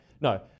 no